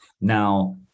Now